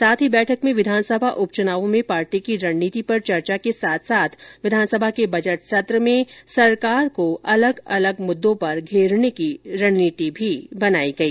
साथ ही बैठक में विधानसभा उपचुनावों में पार्टी की रणनीति पर चर्चा के साथ साथ विधानसभा के बजट सत्र में सरकार को अलग अलग मुद्दों पर घेरने की रणनीति भी बनाई गई